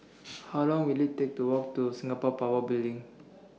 How Long Will IT Take to Walk to Singapore Power Building